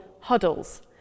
huddles